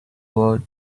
word